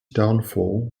downfall